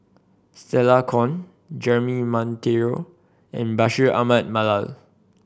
Stella Kon Jeremy Monteiro and Bashir Ahmad Mallal